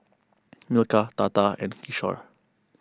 Milkha Tata and Kishore